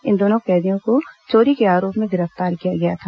इन दोनों कैदियों को चोरी के आरोप में गिरफ्तार किया गया था